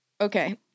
Okay